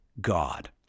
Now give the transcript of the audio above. God